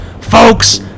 Folks